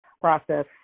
process